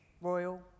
royal